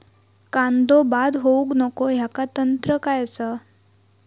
कांदो बाद होऊक नको ह्याका तंत्र काय असा?